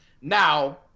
Now